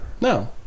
No